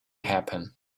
happen